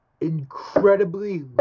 incredibly